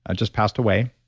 ah just passed away.